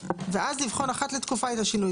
ואז לבחון אחת לתקופה את השינוי.